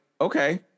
okay